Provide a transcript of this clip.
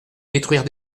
détruire